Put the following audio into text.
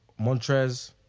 Montrez